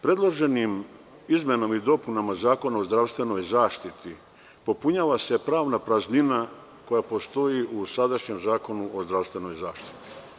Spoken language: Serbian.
Predloženim izmenama i dopunama Zakona o zdravstvenoj zaštiti popunjava se pravna praznina koja postoji u sadašnjem Zakonu o zdravstvenoj zaštiti.